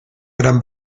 gran